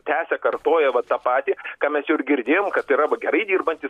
tęsia kartoja tą patį ką mes jau ir girdėjom kad tai yra va gerai dirbantys